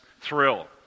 thrill